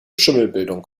schimmelbildung